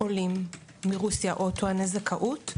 עולים מרוסיה או טועני זכאות,